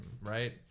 Right